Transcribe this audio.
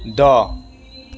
द'